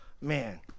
man